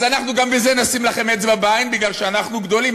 אז אנחנו גם בזה נשים לכם אצבע בעין מפני שאנחנו גדולים.